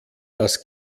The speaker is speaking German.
das